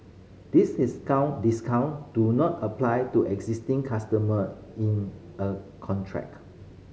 these discount discount do not apply to existing customer in a contract